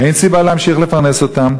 אין סיבה להמשיך לפרנס אותם.